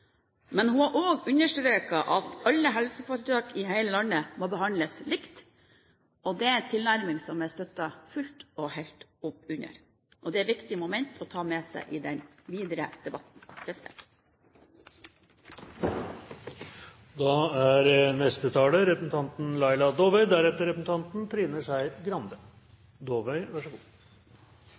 Hun har også understreket at alle helseforetak i hele landet må behandles likt. Det er en tilnærming som jeg støtter fullt og helt opp om. Det er et viktig moment å ta med seg i den videre debatten.